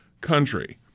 country